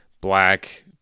black